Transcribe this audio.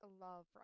love